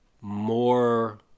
more